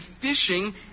fishing